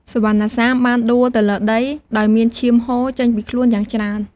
សុវណ្ណសាមបានដួលទៅលើដី ដោយមានឈាមហូរចេញពីខ្លួនយ៉ាងច្រើន។